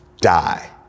die